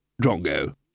Drongo